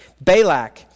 Balak